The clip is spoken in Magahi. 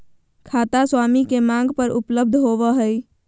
खाता स्वामी के मांग पर उपलब्ध होबो हइ